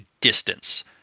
distance